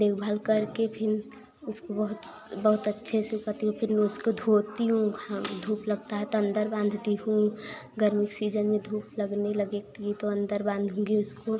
देखभाल करके फिर उसको बहुत बहुत अच्छे से करती हूँ फिर मैं उसको धोती हूँ धूप लगता है तो अंदर बाँधती हूँ गर्मी के सीजन में धूप लगने लगेगी तो अंदर बांधूँगी उसको